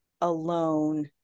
alone